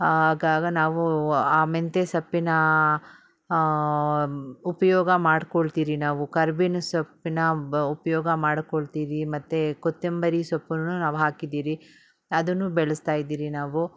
ಆಗಾಗ ನಾವು ಆ ಮೆಂತ್ಯೆ ಸೊಪ್ಪಿನ ಉಪಯೋಗ ಮಾಡಿಕೊಳ್ತೀರಿ ನಾವು ಕರ್ಬೇವಿನ ಸೊಪ್ಪಿನ ಬ ಉಪಯೋಗ ಮಾಡಿಕೊಳ್ತೀರಿ ಮತ್ತು ಕೊತ್ತಂಬರಿ ಸೊಪ್ಪನ್ನು ನಾವು ಹಾಕಿದ್ದೀರಿ ಅದನ್ನು ಬೆಳೆಸ್ತಾಯಿದ್ದೀರಿ ನಾವು